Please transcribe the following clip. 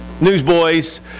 Newsboys